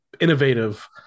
innovative